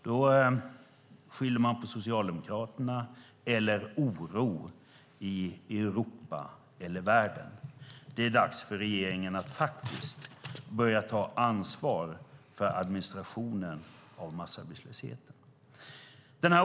Då skyller man på Socialdemokraterna eller oro i Europa och världen. Det är dags för regeringen att börja ta ansvar för administrationen av massarbetslösheten.